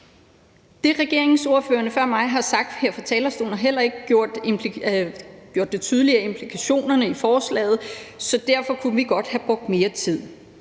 Det, regeringsordførerne før mig har sagt her på talerstolen, har heller ikke gjort implikationerne af forslaget tydeligere, så derfor kunne vi godt have brugt mere tid.